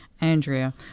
Andrea